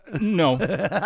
No